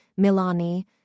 Milani